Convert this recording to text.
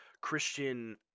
Christian